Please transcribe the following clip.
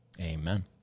Amen